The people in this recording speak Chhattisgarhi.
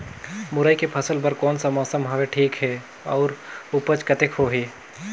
मुरई के फसल बर कोन सा मौसम हवे ठीक हे अउर ऊपज कतेक होही?